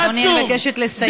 אדוני, אני מבקשת לסיים.